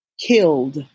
killed